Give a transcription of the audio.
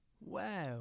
Wow